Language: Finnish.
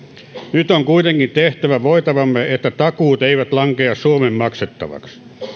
nyt on kuitenkin tehtävä voitavamme että takuut eivät lankea suomen maksettavaksi